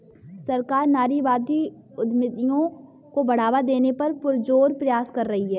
सरकार नारीवादी उद्यमियों को बढ़ावा देने का पुरजोर प्रयास कर रही है